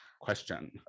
question